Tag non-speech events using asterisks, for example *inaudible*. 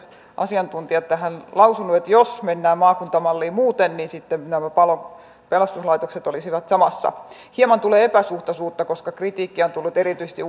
asiantuntijat ovat tähän lausuneet että jos mennään maakuntamalliin muuten niin sitten nämä pelastuslaitokset olisivat samassa hieman tulee epäsuhtaisuutta koska kritiikkiä on tullut erityisesti *unintelligible*